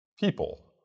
people